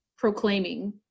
Proclaiming